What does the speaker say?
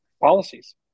policies